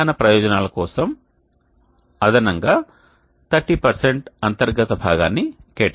నిర్వహణ ప్రయోజనాల కోసం దాదాపు అదనంగా 30 అంతర్గత భాగాన్ని కేటాయించండి